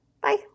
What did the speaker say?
Bye